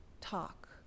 talk